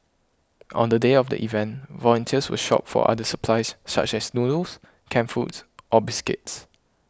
on the day of the event volunteers will shop for other supplies such as noodles canned foods or biscuits